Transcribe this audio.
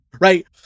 right